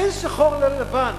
אין שחור ללא לבן.